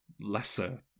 lesser